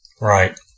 Right